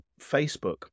Facebook